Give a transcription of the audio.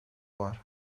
var